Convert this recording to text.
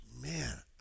man